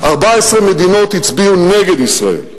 14 מדינות הצביעו נגד ישראל,